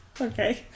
Okay